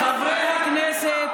חבר הכנסת